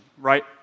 right